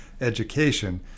education